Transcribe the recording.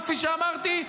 וכפי שאמרתי,